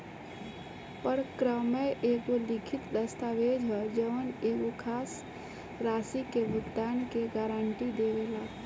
परक्रमय एगो लिखित दस्तावेज ह जवन एगो खास राशि के भुगतान के गारंटी देवेला